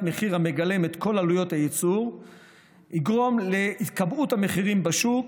מחיר המגלם את כל עלויות הייצור יגרום להתקבעות המחירים בשוק,